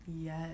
Yes